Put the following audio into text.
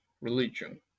religion